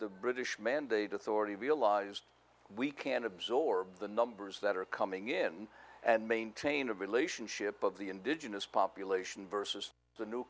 the british mandate authority realized we can absorb the numbers that are coming in and maintain a relationship of the indigenous population versus the new